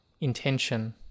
intention